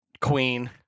Queen